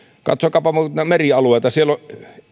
katsokaapa muuten noita merialueita siellä